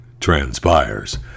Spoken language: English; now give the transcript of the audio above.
transpires